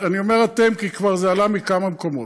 אני אומר אתם כי זה כבר עלה מכמה מקומות.